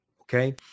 Okay